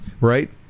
right